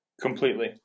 Completely